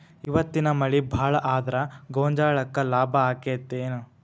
ಇವತ್ತಿನ ಮಳಿ ಭಾಳ ಆದರ ಗೊಂಜಾಳಕ್ಕ ಲಾಭ ಆಕ್ಕೆತಿ ಏನ್?